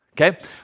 Okay